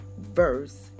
verse